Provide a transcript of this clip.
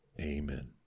Amen